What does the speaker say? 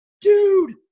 dude